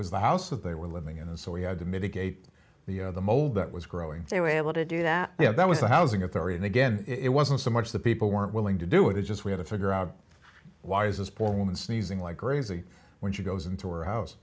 was the house that they were living in and so we had to mitigate the mold that was growing they were able to do that you know that was the housing authority and again it wasn't so much that people weren't willing to do it it just we had to figure out why is this poor woman sneezing like crazy when she goes into her house